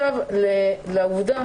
לעובדה